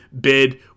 bid